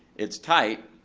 it's tight,